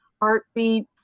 heartbeat